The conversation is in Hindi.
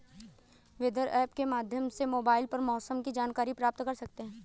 वेदर ऐप के माध्यम से मोबाइल पर मौसम की जानकारी प्राप्त कर सकते हैं